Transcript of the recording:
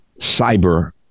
cyber